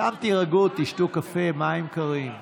שם תירגעו, תשתו קפה, מים קרים.